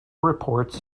reports